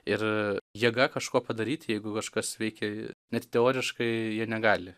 ir jėga kažko padaryt jeigu kažkas veikia net teoriškai jie negali